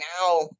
now